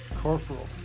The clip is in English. corporal